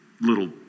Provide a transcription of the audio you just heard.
little